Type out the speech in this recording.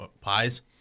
pies